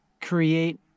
create